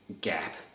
gap